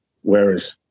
whereas